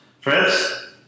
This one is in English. friends